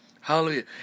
Hallelujah